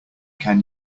can